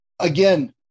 Again